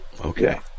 Okay